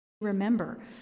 remember